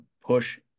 push